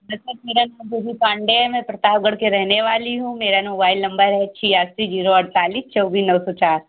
मेरा नाम पांडे है में प्रतापगढ़ के रहने वाली हूँ मेरा नोबाईल नंबर है छियासी जीरो अड़तालीस चौबीस नौ सो चार